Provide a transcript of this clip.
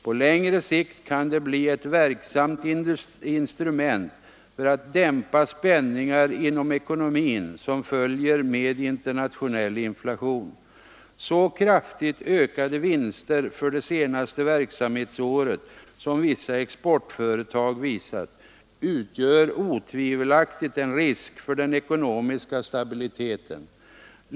På längre sikt kan det bli ett verksamt instrument för att dämpa spänningar inom ekonomin som följer med internationell inflation. Så kraftigt ökade vinster för det senaste verksamhetsåret som vissa exportföretag visat utgör otvivelaktigt en risk för den ekonomiska stabiliteten.